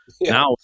Now